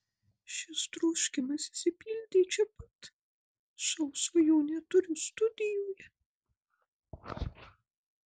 šis troškimas išsipildė čia pat šou svajonę turiu studijoje